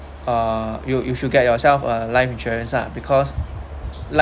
uh you you should get yourself a life insurance lah because